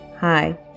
Hi